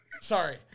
Sorry